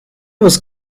was